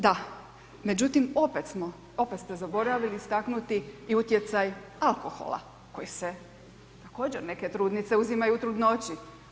Da, međutim opet smo, opet ste zaboravili istaknuti i utjecaj alkohola koji se također neke trudnice uzimaju u trudnoći.